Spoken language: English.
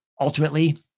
Ultimately